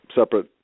separate